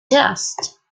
just